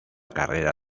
carrera